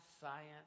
science